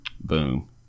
boom